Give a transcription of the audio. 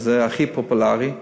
וזה הכי פופולרי,